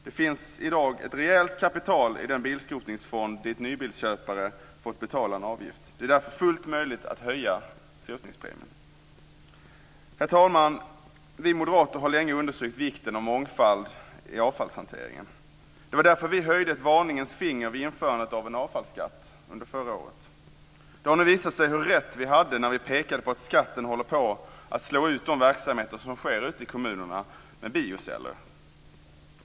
Det finns i dag ett rejält kapital i den bilskrotningsfond dit nybilsköpare fått betala en avgift. Det är därför fullt möjligt att höja skrotningspremien. Herr talman! Vi moderater har länge understrukit vikten av mångfald i avfallshanteringen. Det var därför vi höjde ett varningens finger vid införandet av en avfallsskatt under förra året. Det har nu visat sig hur rätt vi hade när vi pekade på att skatten håller på att slå ut de verksamheter som sker ute i kommunerna med bioceller.